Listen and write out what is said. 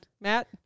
matt